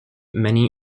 many